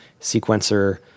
sequencer